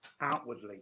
outwardly